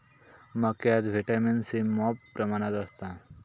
मक्यात vitamin C मॉप प्रमाणात असता